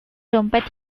dompet